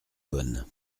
bonnes